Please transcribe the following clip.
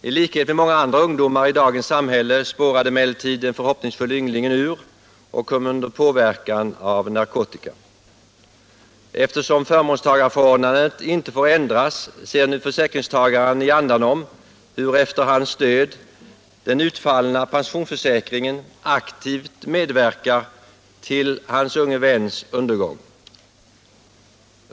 I likhet med många andra ungdomar i dagens samhälle spårade emellertid den förhoppningsfulle ynglingen ur och kom under påverkan av narkotika. Eftersom förmånstagarförordnandet inte får ändras ser nu försäkringstagaren i andanom hur efter hans död den utfallna pensionsförsäkringen aktivt medverkar till hans unge väns undergång.